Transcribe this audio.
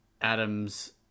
adam's